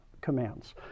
commands